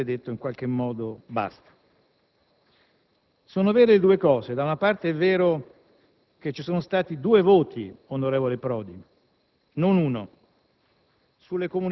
doveva essere detto in qualche modo basta. Due dati sono veri: da una parte è vero che ci sono stati due voti, onorevole Prodi, non uno,